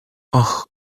och